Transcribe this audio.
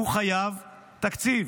הוא חייב תקציב,